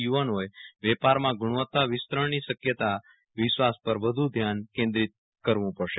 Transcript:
યુવાનોએ વેપારમાં ગુણવત્તા વિસ્તરણની શક્યતા વિશ્વાસ પર વધુ ધ્યાન કેન્દ્રિત કરવું પડશે